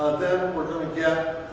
then we're going to get